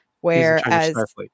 whereas